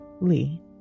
Lee